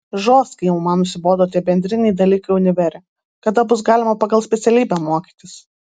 žostkai jau man nusibodo tie bendriniai dalykai univere kada bus galima pagal specialybę mokytis